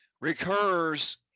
recurs